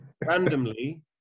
randomly